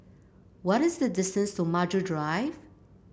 what is the distance to Maju Drive